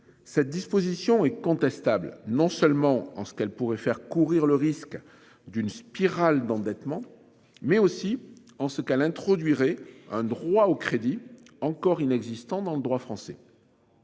Cette disposition est contestable, non seulement en ce qu'elle pourrait faire courir le risque d'une spirale d'endettement, mais aussi en ce elle introduirait un droit au crédit encore inexistant dans le droit français.